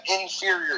inferior